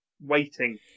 waiting